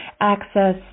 access